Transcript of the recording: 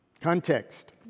Context